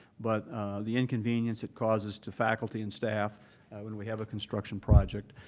but the inconvenience it causes to faculty and staff when we have a construction project,